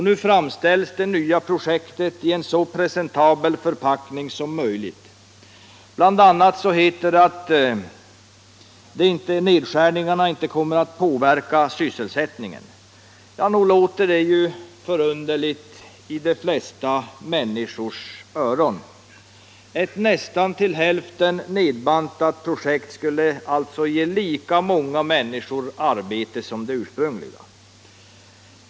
Nu framställs det nya projektet i en så presentabel förpackning som möjligt. Bl. a. heter det att nedskärningarna inte kommer att påverka sysselsättningen. Det låter förunderligt i de flesta människors öron. Ett nästan till hälften nedbantat projekt skulle alltså ge lika många människor arbete som det ursprungliga.